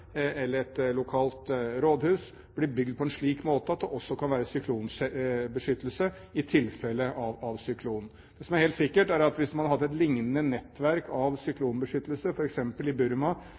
slik måte at det også kan være beskyttelse i tilfelle av syklon. Noe som er helt sikkert, er at hvis man hadde hatt et liknende nettverk av syklonbeskyttelse, f.eks. i Burma,